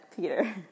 Peter